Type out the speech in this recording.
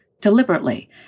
deliberately